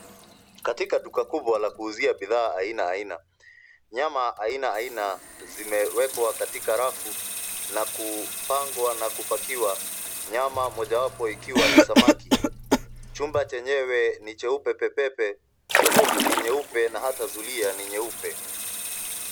Katika duka kubwa la kuuzia bidhaa aina aina. Nyama aina aina zimewekwa katika rafu na kupangwa na kupakiwa. Nyama mojawapo ikiwa ni samaki. Chumba chenyewe ni cheupe pe pe pe, dhohofu ni nyeupe na hata zulia ni nyeupe.